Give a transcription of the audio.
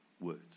words